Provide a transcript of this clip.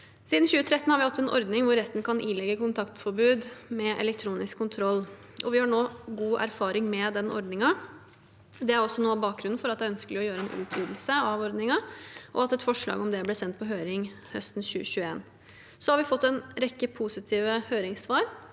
Siden 2013 har vi hatt en ordning hvor retten kan ilegge kontaktforbud med elektronisk kontroll, og vi har nå god erfaring med den ordningen. Det er også noe av bakgrunnen for at det er ønskelig å gjøre en utvidelse av ordningen, og at et forslag om det ble sendt på høring høsten 2021. Vi har fått en rekke positive høringssvar,